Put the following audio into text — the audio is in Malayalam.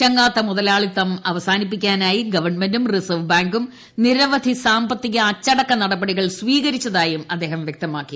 ചങ്ങാത്ത മുതലാളിത്തം അവസാനിപ്പിക്കാനായി ഗവൺമെന്റും റിസർവ്വ് ബാങ്കും നിരവധി സാമ്പത്തിക അച്ചടക്ക നടപടികൾ സ്വീകരിച്ചതായും അദ്ദേഹം വൃക്തമാക്കി